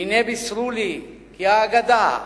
והנה בישרו לי כי האגדה,